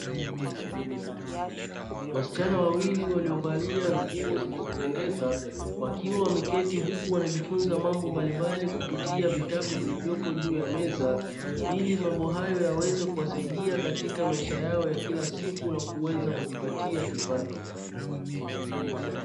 Wasichana wawili waliovalia nguo zenye kupendeza, wakiwa wameketi huku wanajifunza mambo mbalimbali kupitia vitabu vilivyopo juu ya meza, ili mambo hayo yaweze kuwasaidia katika maisha yao ya kila siku na kuweza kujipatia kipato.